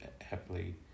happily